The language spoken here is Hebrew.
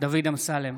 דוד אמסלם,